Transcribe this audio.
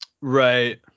Right